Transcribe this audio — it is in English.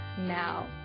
now